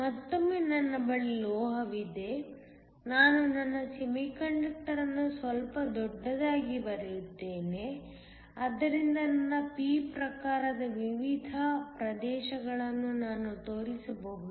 ಮತ್ತೊಮ್ಮೆ ನನ್ನ ಬಳಿ ಲೋಹವಿದೆ ನಾನು ನನ್ನ ಸೆಮಿಕಂಡಕ್ಟರ್ ಅನ್ನು ಸ್ವಲ್ಪ ದೊಡ್ಡದಾಗಿ ಬರೆಯುತ್ತೇನೆ ಆದ್ದರಿಂದ ನನ್ನ p ಪ್ರಕಾರದ ವಿವಿಧ ಪ್ರದೇಶಗಳನ್ನು ನಾನು ತೋರಿಸಬಹುದು